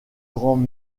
grands